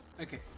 Okay